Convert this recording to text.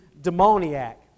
demoniac